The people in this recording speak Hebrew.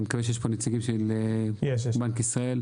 אני מקווה שיש פה נציגים מבנק ישראל.